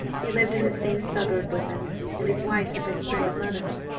he lived in the same suburb with us, and his wife had been a friend of mother's.